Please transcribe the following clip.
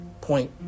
point